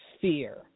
fear